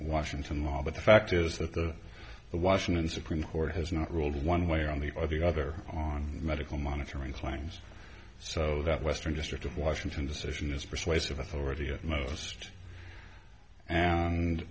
washington while but the fact is that the washington supreme court has not ruled one way or on the other on medical monitoring claims so that western district of washington decision is persuasive authority at most and